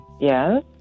Yes